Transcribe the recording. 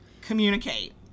communicate